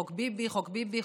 חוק ביבי,